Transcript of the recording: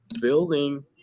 building